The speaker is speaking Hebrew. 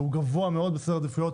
אבל הוא גבוה מאוד בסדר העדיפויות.